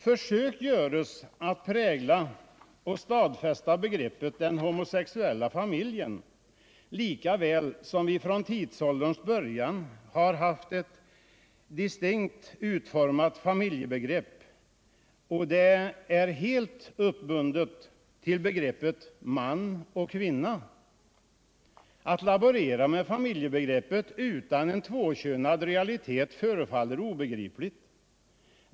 Försök görs att prägla och stadfästa begreppet ”den homosexuella familjen” , lika väl som vi från tidsåldrarnas början haft ett distinkt utformat familjebegrepp, helt uppbundet till begreppet man och kvinna. Att man laborerar med familjebegreppet utan en tvåkönad realitet förefaller obegripligt.